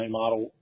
model